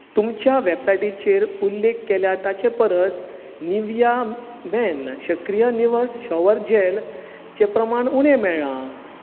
तुमचे वेबसायटीचेर उल्लेख केला ताचे परस निविया मेन सक्रीय निवळ शॉवर जॅलचें प्रमाण उणें मेळ्ळां